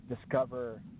discover